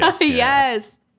Yes